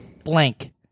Blank